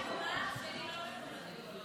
שאני לא קיבלתי הודעה אישית.